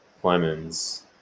Clemens